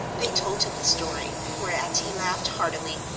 they told him the story, whereat he laughed heartily,